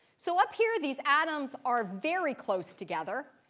so up here, these atoms are very close together,